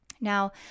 Now